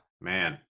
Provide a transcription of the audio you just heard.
man